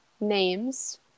names